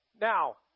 Now